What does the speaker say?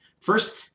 First